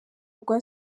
rwa